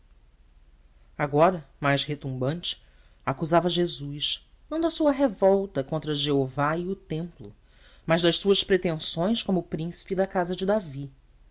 agora mais retumbante acusava jesus não da sua revolta contra jeová e o templo mas das suas pretensões como príncipe da casa de davi